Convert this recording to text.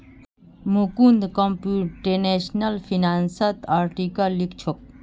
Mukund computational फिनांसत article लिखछोक